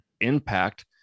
impact